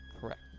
Correct